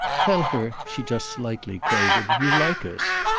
tell her, she just slightly quavered, you like us.